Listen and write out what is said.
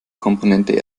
komponente